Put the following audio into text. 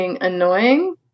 annoying